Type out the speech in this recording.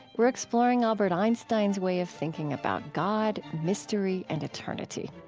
we're exploring albert einstein's way of thinking about god, mystery and eternity.